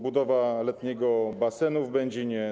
Budowa letniego basenu w Będzinie.